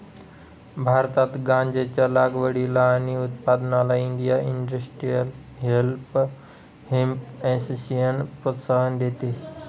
भारतात गांज्याच्या लागवडीला आणि उत्पादनाला इंडिया इंडस्ट्रियल हेम्प असोसिएशन प्रोत्साहन देते